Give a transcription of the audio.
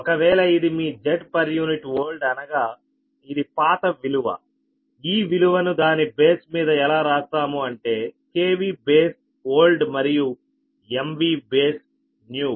ఒకవేళ ఇది మీ Zpu old అనగా ఇది పాత విలువ ఈ విలువను దాని బేస్ మీద ఎలా రాస్తాము అంటే KV బేస్ ఓల్డ్ మరియు MVA బేస్ న్యూ